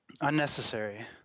Unnecessary